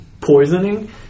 Poisoning